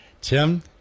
Tim